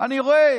אני רואה,